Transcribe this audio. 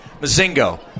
Mazingo